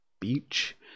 beach